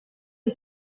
est